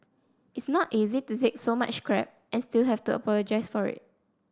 it's not easy to take so much crap and still have to apologise for it